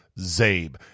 ZABE